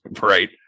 Right